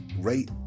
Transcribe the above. rate